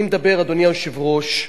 אני מדבר, אדוני היושב-ראש,